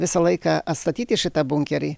visą laiką atstatyti šitą bunkerį